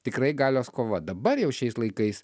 tikrai galios kova dabar jau šiais laikais